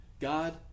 God